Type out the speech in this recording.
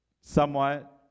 Somewhat